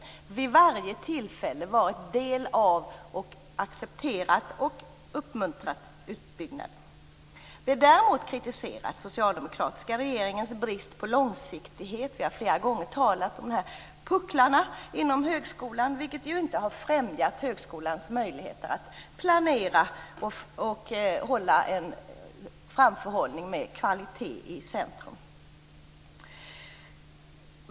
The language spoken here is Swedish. Vi har vid varje tillfälle varit del av, accepterat och uppmuntrat utbyggnaden. Vi har däremot kritiserat den socialdemokratiska regeringens brist på långsiktighet. Vi har flera gånger talat om de här pucklarna inom högskolan, vilka inte har främjat högskolans möjligheter att planera en framförhållning med kvalitet i centrum.